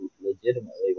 legitimately